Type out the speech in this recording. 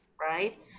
Right